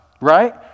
right